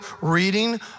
reading